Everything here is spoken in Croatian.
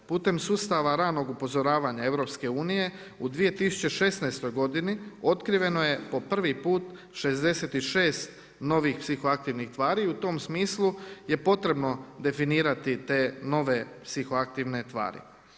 Putem sustava ranog upozoravanja Europske unije u 2016. godini otkriveno je po prvi put 66 novih psihoaktivnih tvari i u tom smislu je potrebno definirati te nove psihoaktivne tvari.